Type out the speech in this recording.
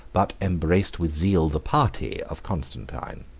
but embraced with zeal the party, of constantine.